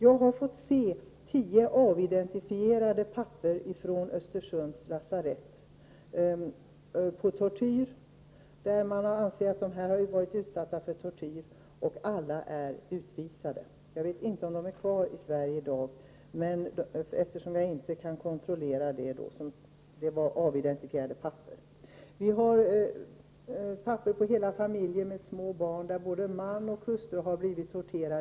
Jag har fått se tio avidentifierade handlingar från Östersunds lasarett. Det rör sig här om tortyr. Det handlar alltså om människor som anses ha utsatts för tortyr. Men alla dessa är utvisade. Jag vet inte om de här människorna är kvar i Sverige. Jag kan ju inte kontrollera uppgifterna, eftersom dessa människors papper inte är tillgängliga. Det finns också handlingar med uppgifter om familjer med små barn. Enligt dessa uppgifter har både man och hustru blivit torterade.